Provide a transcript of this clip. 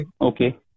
okay